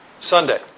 Sunday